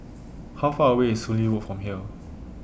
How Far away IS Soon Lee Road from here